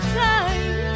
time